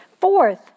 Fourth